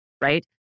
Right